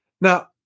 Now